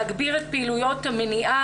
להגביר את פעילויות המניעה,